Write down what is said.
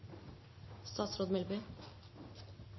statsråd